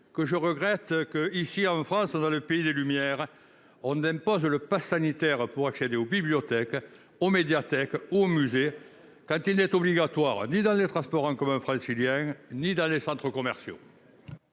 je regrette qu'en France, pays des Lumières, on l'impose pour accéder aux bibliothèques, aux médiathèques, aux musées, quand il n'est obligatoire ni dans les transports en commun franciliens ni dans les centres commerciaux.